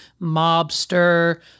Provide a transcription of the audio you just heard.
mobster